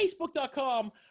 Facebook.com